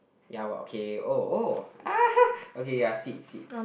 ya but okay oh oh !aha! okay ya seat seats